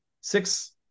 six